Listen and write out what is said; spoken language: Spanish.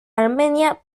armenia